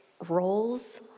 roles